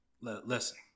Listen